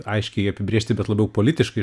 aiškiai apibrėžti bet labiau politiškai